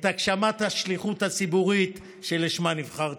את הגשמת השליחות הציבורית שלשמה נבחרתי.